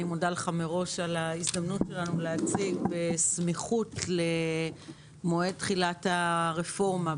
אני מודה לך מראש על ההזדמנות שלנו להציג בסמיכות למועד תחילת הרפורמה,